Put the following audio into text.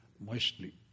mostly